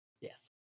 Yes